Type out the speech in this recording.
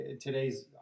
today's